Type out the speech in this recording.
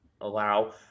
Allow